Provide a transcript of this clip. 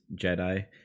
jedi